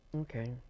okay